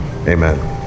Amen